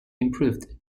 improved